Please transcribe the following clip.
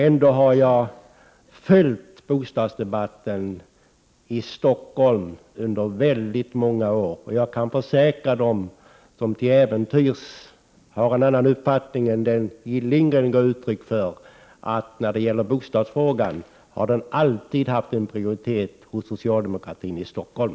Ändå har jag följt bostadsdebatten i Stockholm under väldigt många år. Jag kan försäkra dem som har en annan uppfattning än den Jill Lindgren gav uttryck för att bostadsfrågan alltid haft prioritet hos socialdemokratin i Stockholm.